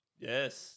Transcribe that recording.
Yes